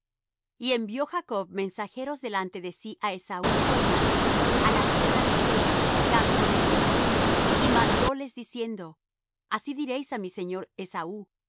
y envió jacob mensajeros delante de sí á esaú su hermano á la tierra de seir campo de edom y mandóles diciendo así diréis á mí señor esaú así